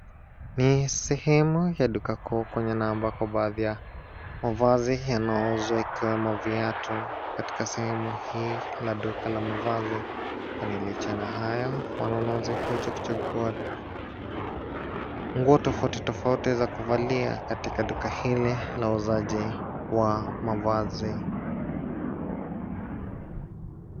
Ni sehemu ya duka kuu kwenye na ambako mavazi yanauzwa kama viatu katika sehemu hii katika duka la mavazi kwani licha na hayo wanunuzi huja kuchukua nguo tofauti tofauti za kuvalia katika duka hili la uuzaji wa mavazi.